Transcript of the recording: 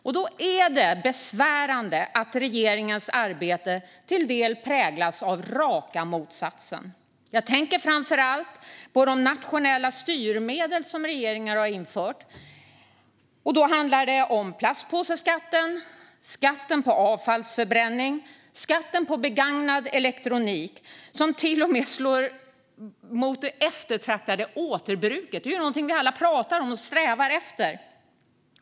Och då är det besvärande att regeringens arbete delvis präglas av raka motsatsen. Jag tänker framför allt på de nationella styrmedel som regeringen har infört. Då handlar det om plastpåseskatten, skatten på avfallsförbränning och skatten på begagnad elektronik som till och med slår mot det eftertraktade återbruket. Det är någonting som vi alla pratar om och strävar efter.